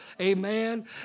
Amen